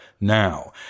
now